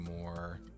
more